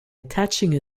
attaching